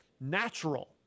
natural